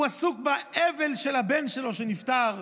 הוא עסוק באבל של הבן שלו שנפטר,